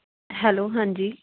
hello ਹਾਂਜੀ